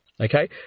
Okay